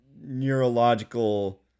neurological